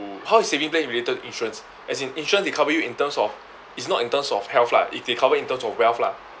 how is saving plan related to insurance as in insurance they cover you in terms of its not in terms of health lah it they cover in terms of wealth lah